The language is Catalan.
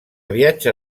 viatge